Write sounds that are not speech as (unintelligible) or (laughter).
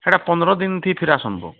ସେଇଟା ପନ୍ଦର ଦିନ୍ଠି ଫେରାସନ୍ ବୋ (unintelligible)